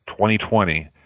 2020